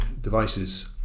devices